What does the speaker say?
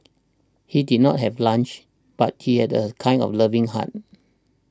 he did not have lunch but he had a kind of loving heart